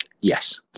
Yes